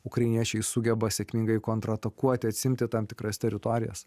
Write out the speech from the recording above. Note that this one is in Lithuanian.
ukrainiečiai sugeba sėkmingai kontratakuoti atsiimti tam tikras teritorijas